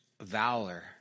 valor